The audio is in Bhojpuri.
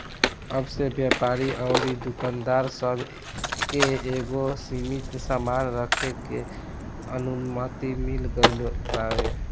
अब से व्यापारी अउरी दुकानदार सब के एगो सीमित सामान रखे के अनुमति मिल गईल बावे